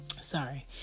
Sorry